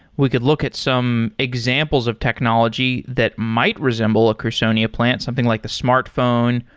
we could look at some examples of technology that might resemble a crusonia plant, something like the smartphone,